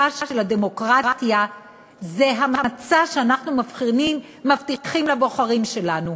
אפה של הדמוקרטיה זה המצע שאנחנו מבטיחים לבוחרים שלנו.